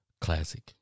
classic